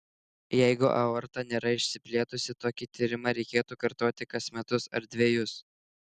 jeigu aorta nėra išsiplėtusi tokį tyrimą reikėtų kartoti kas metus ar dvejus